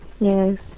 Yes